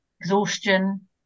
exhaustion